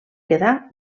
quedar